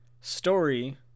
story